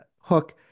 hook